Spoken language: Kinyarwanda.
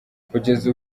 kugeza